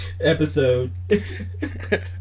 episode